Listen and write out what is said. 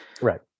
Right